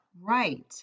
right